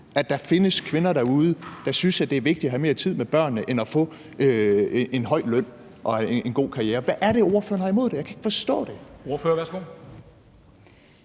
at der findes kvinder derude, der synes, at det er vigtigere at have mere tid med børnene end at få en høj løn og en god karriere. Hvad er det, ordføreren har imod det? Jeg kan ikke forstå det. Kl.